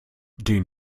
den